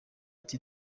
ati